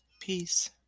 Peace